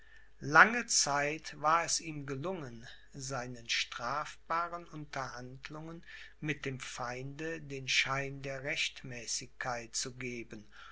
lange zeit war es ihm gelungen seinen strafbaren unterhandlungen mit dem feinde den schein der rechtmäßigkeit zu geben